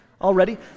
already